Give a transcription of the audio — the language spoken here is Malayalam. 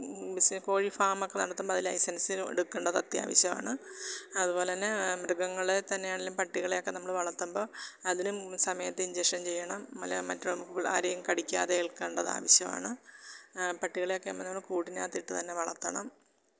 കോഴി ഫാമൊക്കെ നടത്തുമ്പം അത് ലൈസന്സിന് എടുക്കേണ്ടത് അത്യാവശ്യാണ് അതു പോലെ തന്നെ മൃഗങ്ങളെ തന്നെ ആണെങ്കിലും പട്ടികളെയൊക്കെ നമ്മൾ വളർത്തുമ്പം അതിനും സമയത്ത് ഇഞ്ചെക്ഷന് ചെയ്യണം മറ്റും ആരെയും കടിക്കാതെ ഏല്ക്കേണ്ടത് ആവശ്യവാണ് പട്ടികളൊക്കെ ആവുമ്പം നമ്മൾ കൂടിനകത്തിട്ട് തന്നെ വളർത്തണം